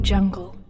Jungle